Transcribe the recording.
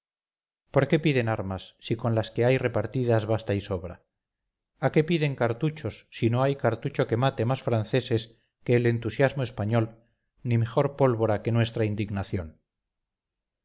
por qué piden armas si con las que hay repartidas basta y sobra a qué piden cartuchos si no hay cartucho que mate más franceses que el entusiasmo español ni mejor pólvora que nuestra indignación